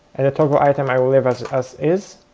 and the toggle item i will leave as as is,